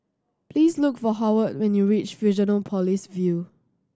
please look for Howard when you reach Fusionopolis View